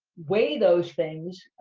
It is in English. weigh those things,